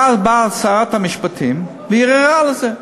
ואז באה שרת המשפטים וערערה על זה.